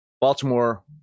Baltimore